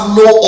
no